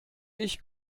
ich